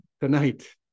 Tonight